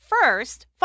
first